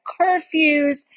curfews